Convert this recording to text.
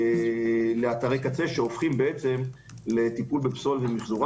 לאתרי קצה שהופכים לטיפול בפסולת ומחזור.